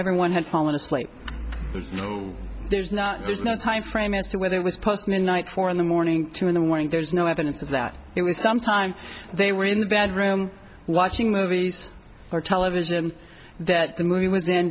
everyone had fallen asleep there's no there's not there's no timeframe as to whether it was post midnight four in the morning to the warning there's no evidence of that it was some time they were in the bathroom watching movies or television that the movie w